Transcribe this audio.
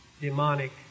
demonic